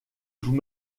vous